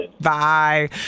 Bye